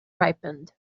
ripened